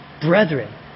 Brethren